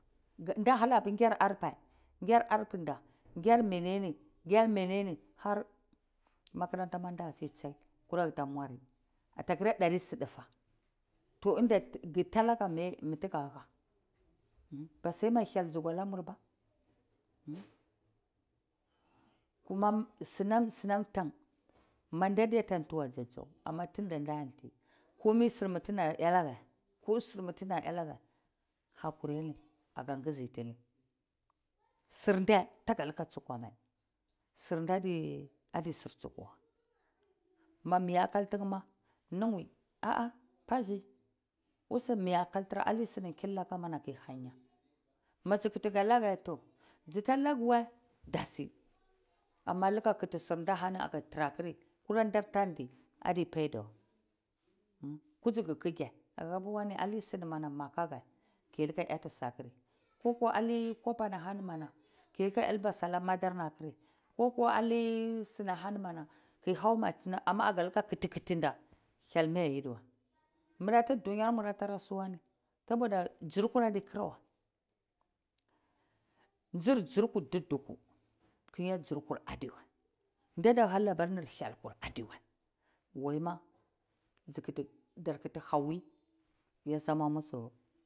Da halakabir kyar ar'pa, keyar arputa, keyr menene, keyr menene har makarantama tsa sai tzai kura kadi muan ata kura dari zide fa, toh ivida kutalaka, mitukuha ba zai hyel zukwnumurba kuma tsunam tsunam ntank matete tiwa za tsau, amma dunta tati karmi tsuta duta anaka, kurmi su tuta anaka hakuri kaga kusitini tzurte adi zur tsukwamai ma mi ata kaltukma nukwi a pasi utsi mi ata kaltura ani sini killaka mana ki hanya matsu kuti ka laka toh tsuta lakuwa dazi amma luka kuh sirtahani kakaturakari kura danta laka baidawa kutsi kuke aborwani alai sunima bakr, ki luka ati masukr kovasa alai kabani hani mana ko liha ati sala madrnama kuri kokuwa alai suni hani mana ki hau. Amma kasa luwa kutiti da hyel ade ta yidiwa mre tu-dunyar muri data suwa nir sobota zirkurrado kura wa zurtsurkur tuntuku kur a tsurkur adowa datahalabirni hyel adiwa waima sukuti darkuti hewi yasama musu.